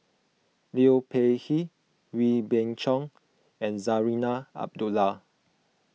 Liu Peihe Wee Beng Chong and Zarinah Abdullah